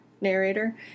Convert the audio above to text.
narrator